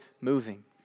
moving